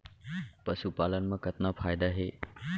पशुपालन मा कतना फायदा हे?